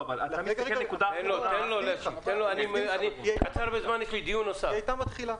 היא הייתה מתחילה.